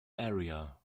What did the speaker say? area